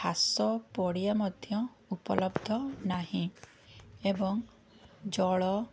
ଘାସ ପଡ଼ିଆ ମଧ୍ୟ ଉପଲବ୍ଧ ନାହିଁ ଏବଂ ଜଳ